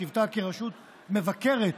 בשבתה כרשות המבקרת,